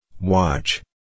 Watch